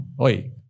Oi